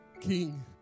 King